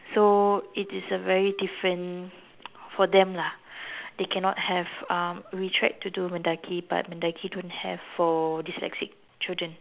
so it is a very different for them lah they cannot have um we tried to do Mendaki but Mendaki don't have for dyslexic children